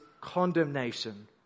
condemnation